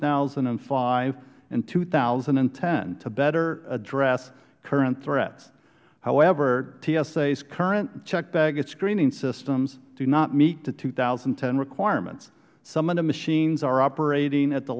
thousand and five and two thousand and ten to better address current threats however tsa's current checked baggage screening systems do not meet the two thousand and ten requirements some of the machines are operating at the